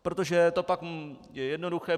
Protože to pak je jednoduché.